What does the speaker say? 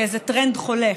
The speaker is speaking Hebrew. כאיזה טרנד חולף.